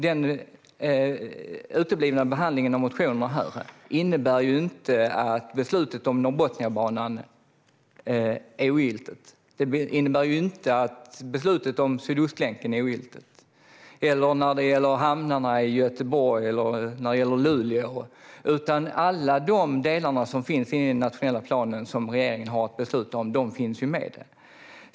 Den uteblivna behandlingen av motionerna innebär ju inte att beslutet om Norrbotniabanan är ogiltigt. Det innebär ju inte att besluten om Sydostlänken, hamnarna i Göteborg eller Luleå är ogiltiga. Alla de delar som finns i den nationella plan som regeringen har beslutat om finns ju med.